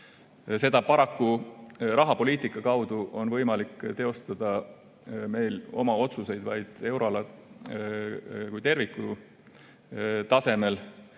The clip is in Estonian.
Aga paraku rahapoliitika kaudu on meil võimalik teostada oma otsuseid vaid euroala kui terviku tasemel